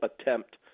attempt